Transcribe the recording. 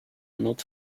not